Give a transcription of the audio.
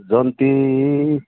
जन्ती